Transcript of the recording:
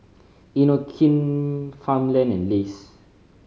Inokim Farmland and Lays